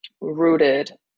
rooted